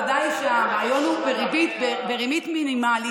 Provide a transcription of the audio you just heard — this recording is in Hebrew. ודאי שהרעיון הוא בריבית מינימלית